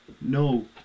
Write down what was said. no